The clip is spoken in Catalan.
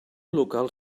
local